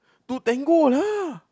to Tango lah